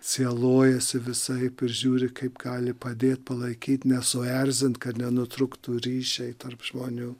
sielojasi visaip ir žiūri kaip gali padėt palaikyt nesuerzint kad nenutrūktų ryšiai tarp žmonių